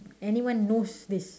anyone knows this